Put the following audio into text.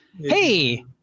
Hey